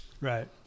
Right